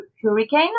hurricane